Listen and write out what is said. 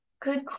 good